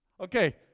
Okay